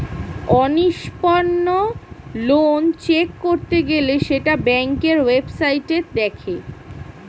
অনিষ্পন্ন loan check করতে গেলে সেটা ব্যাংকের ওয়েবসাইটে দেখে